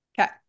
Okay